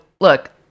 look